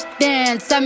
dance